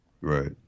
Right